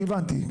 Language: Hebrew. הבנתי.